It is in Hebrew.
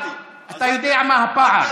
אתה יודע מה הפער?